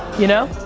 you know?